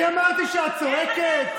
כי אמרתי שאת צועקת?